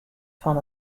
fan